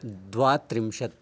द्वात्रिंशत्